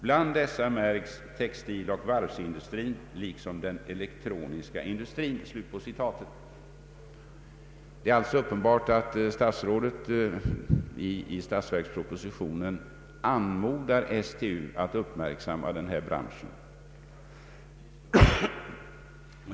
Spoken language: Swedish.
Bland dessa märks textiloch varvsindustrin liksom den elektroniska industrin.” Det är alltså uppenbart att statsrådet i statsverkspropositionen anmodar STU att uppmärksamma denna bransch.